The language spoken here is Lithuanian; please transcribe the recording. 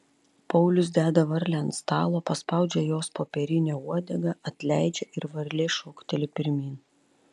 paulius deda varlę ant stalo paspaudžia jos popierinę uodegą atleidžia ir varlė šokteli pirmyn